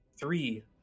three